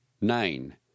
Nine